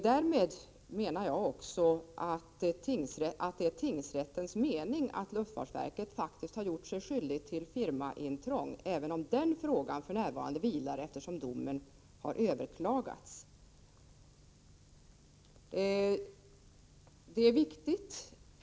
Därmed anser jag också att det är tingsrättens mening att luftfartsverket faktiskt har gjort sig skyldigt till firmaintrång — även om den frågan för närvarande vilar, eftersom domen har överklagats.